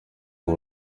ngo